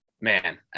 man